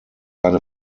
eine